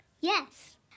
Yes